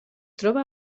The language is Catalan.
troba